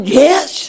yes